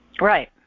Right